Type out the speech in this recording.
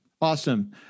Awesome